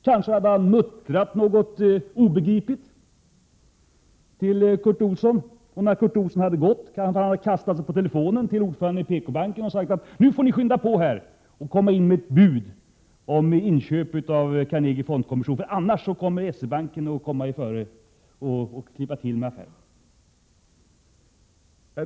Kanske hade han muttrat någonting obegripligt till Curt Olsson, och när denne sedan gått kanske han hade kastat sig på telefonen till ordföranden i PKbankens styrelse och sagt: Nu får ni skynda på och komma in med ett bud om inköp av Carnegie Fondkommission. Annars kommer S-E-Banken före och klipper till med affären.